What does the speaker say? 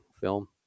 film